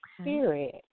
spirit